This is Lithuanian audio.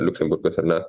liuksemburgas ar ne